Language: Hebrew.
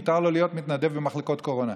מותר לו להיות מתנדב במחלקות קורונה.